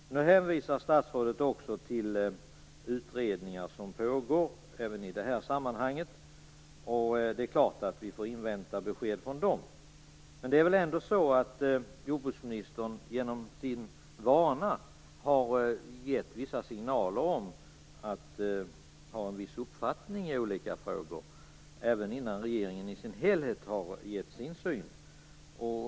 Statsrådet hänvisar också till utredningar som pågår även i det här sammanhanget. Vi får naturligtvis invänta besked från dem. Men jordbruksministern har väl ändå genom sin vana gett signaler om att ha en viss uppfattning i olika frågor, även innan regeringen i sin helhet har gett sin syn.